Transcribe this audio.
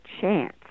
chance